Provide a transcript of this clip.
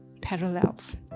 parallels